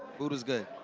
food was good.